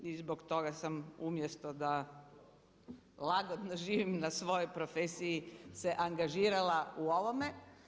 I zbog toga sam umjesto da lagodno živim na svojoj profesiji se angažirala u ovome.